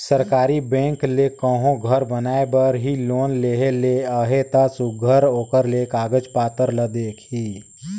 सरकारी बेंक ले कहों घर बनाए बर ही लोन लेहे ले अहे ता सुग्घर ओकर ले कागज पाथर ल देखही